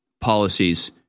policies